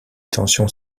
tensions